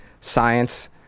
science